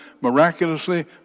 miraculously